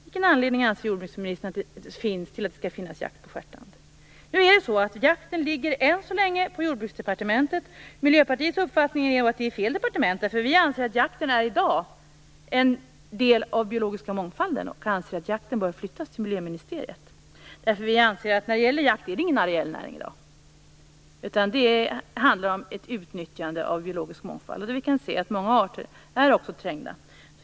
Vilken anledning anser jordbruksministern att det finns till att ha jakt på stjärtand? Jakten ligger än så länge hos Jordbruksdepartementet. Miljöpartiets uppfattning är att det är fel departement. Vi anser att jakten i dag är en del av den biologiska mångfalden och att frågan därför bör flyttas till miljöministeritet. Vi anser nämligen att jakt inte är någon areell näring i dag. Det handlar om ett utnyttjande av den biologiska mångfalden. Vi kan också se att många arter är trängda.